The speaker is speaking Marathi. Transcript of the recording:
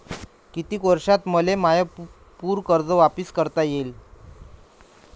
कितीक वर्षात मले माय पूर कर्ज वापिस करता येईन?